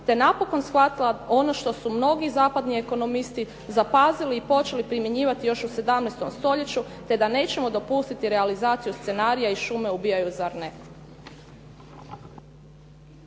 te napokon shvatila ono što su mnogi zapadni ekonomisti zapazili i počeli primjenjivati još u 17. stoljeću te da nećemo dopustiti realizaciju scenarija "I šume ubijaju, zar ne?".